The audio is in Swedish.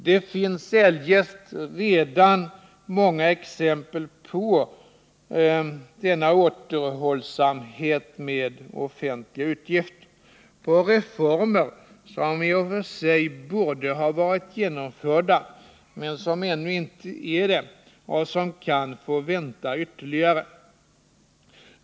Det finns eljest redan många exempel på denna återhållsamhet med offentliga utgifter, på reformer, som i och för sig borde ha varit genomförda men som ännu inte är det och som kan få vänta ytterligare.